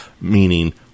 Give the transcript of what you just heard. Meaning